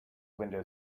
window